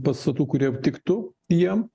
pastatų kurie tiktų jiem